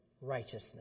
righteousness